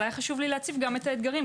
היה חשוב לי להציב גם את האתגרים.